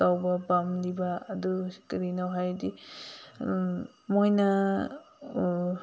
ꯇꯧꯕ ꯄꯥꯝꯂꯤꯕ ꯑꯗꯨ ꯀꯔꯤꯅꯣ ꯍꯥꯏꯔꯗꯤ ꯃꯣꯏꯅ